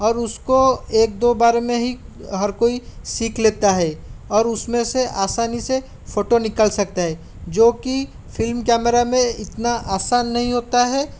और उसको एक दो बार में ही हर कोई सीख लेता है और उसमें से आसानी से फ़ोटो निकाल सकता है जोकि फ़िल्म कैमरा में इतना आसान नहीं होता है